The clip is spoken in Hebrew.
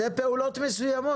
זה פעולות מסוימות,